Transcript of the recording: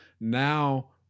now